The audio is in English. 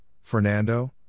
Fernando